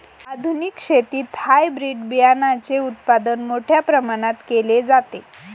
आधुनिक शेतीत हायब्रिड बियाणाचे उत्पादन मोठ्या प्रमाणात केले जाते